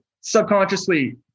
subconsciously